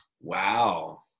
Wow